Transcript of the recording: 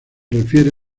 refiere